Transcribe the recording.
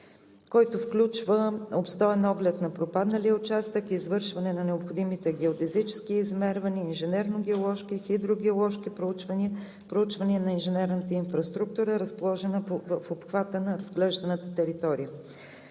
който включва обстоен оглед на пропадналия участък, извършване на необходимите геодезически измервания, инженерно-геоложки, хидрогеоложки проучвания, проучвания на инженерната инфраструктура, разположена в обхвата на разглежданата територия.